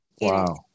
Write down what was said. Wow